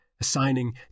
assigning